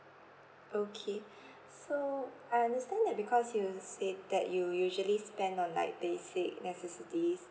okay so I understand that because you said that you'll usually spend on like basic necessities